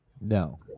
no